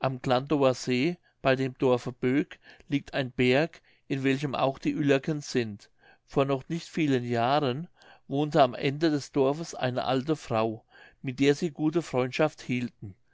am glandower see bei dem dorfe boek liegt ein berg in welchem auch die uellerkens sind vor noch nicht vielen jahren wohnte am ende des dorfes eine alte frau mit der sie gute freundschaft hielten